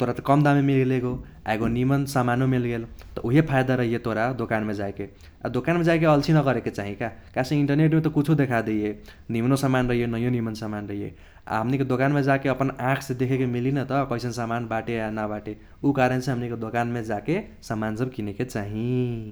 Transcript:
तोरा त कम दाममे मिल्गेल एगो आ एगो निमन समानो मिल्गेल। त उहे फाइदा रहैये तोरा दोकानमे जाइके। आ दोकानमे जाइके अल्छी न करेके चाही का कहेसे इंटरनेटमे त कुछो देखादिये निमनो समान रहैये नहियो निमन समान रहैये। आ हमनीके दोकानमे जाके अपन आँखसे देखेके मिली न त कैसन समान बाटे आ न बाटे उ कारणसे हमनीके दोकानमे जाके समान सब किने के चाही ।